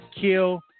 kill